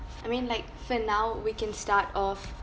I mean like for now we can start off